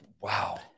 wow